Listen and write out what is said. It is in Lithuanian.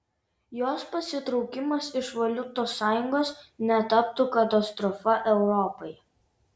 jos pasitraukimas iš valiutos sąjungos netaptų katastrofa europai